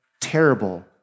terrible